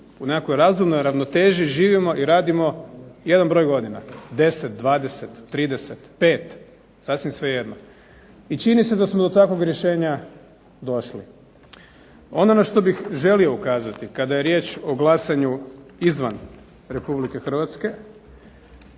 u nekakvoj razumnoj ravnoteži živimo i radimo jedan broj godina, 10, 20, 30, 5 sasvim svejedno. I čini se da smo do takvog rješenja došli. Ono na što bih želio ukazati kada je riječ o glasanju izvan Republike Hrvatske,